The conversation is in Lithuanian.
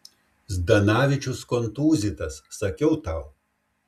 zdanavičius kontūzytas sakiau tau